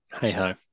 hey-ho